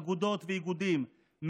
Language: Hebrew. אגודות ואיגודים,